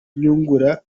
nyungura